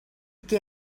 que